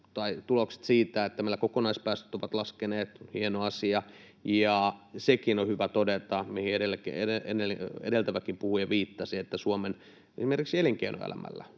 Tulokset siitä, että meillä kokonaispäästöt ovat laskeneet, hieno asia, ja sekin on hyvä todeta, mihin edeltäväkin puhuja viittasi, että esimerkiksi Suomen elinkeinoelämällä